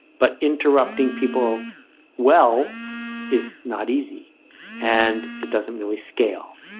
but interrupting people well is not easy and it doesn't really scale.